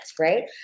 right